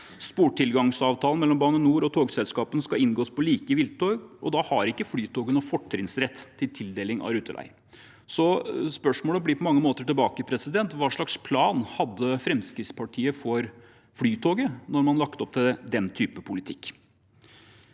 Sportilgangsavtale mellom Bane NOR og togselskapene skal inngås på like vilkår, og da har ikke Flytoget noen fortrinnsrett til tildeling av ruteleier. Så spørsmålet går på mange måter tilbake: Hva slags plan hadde Fremskrittspartiet for Flytoget, når man har lagt opp til den type politikk?